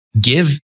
give